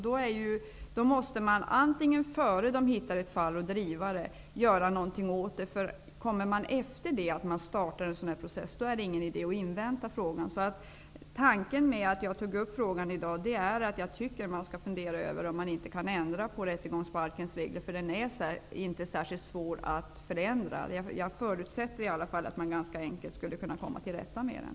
Någonting måste då göras åt det här innan ett fall hittas att driva. Efter det att en sådan här process har startats är det ingen idé att invänta frågan. Tanken med min fråga är att jag tycker att det vore klokt att fundera över att ändra på rättegångsbalkens regler. De är inte särskilt svåra att förändra. I alla fall förutsätter jag att det går att komma till rätta med dem.